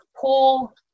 Paul